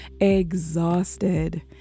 Exhausted